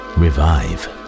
revive